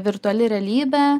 virtuali realybė